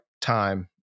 time